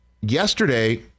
yesterday